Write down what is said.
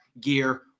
gear